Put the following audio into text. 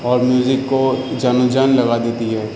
اور میوزک کو جان و جان لگاتی دیتی ہے